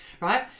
right